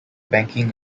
banking